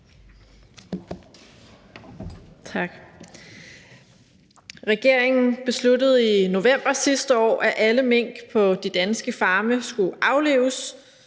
Regeringen besluttede i november sidste år, at alle mink på de danske farme skulle aflives,